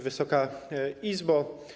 Wysoka Izbo!